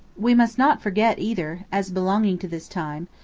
we must not forget, either, as belonging to this time,